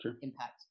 impact